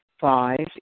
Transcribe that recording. Five